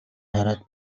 хараад